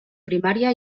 primària